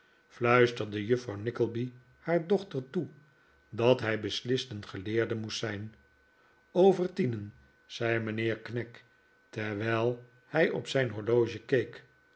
fluisterde juffrouw nickleby haar dochter toe dat hij beslist een geleerde moest zijn over tienen zei mijnheer knag terwijl hij op zijn horloge